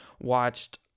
watched